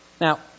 Now